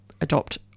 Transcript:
adopt